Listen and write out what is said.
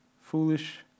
foolish